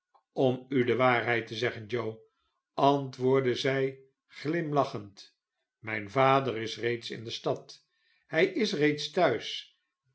om u do waarheid te zeggen joe antwoordde z'y glimlachend mijn vader is reeds in de stad hy is reeds thuis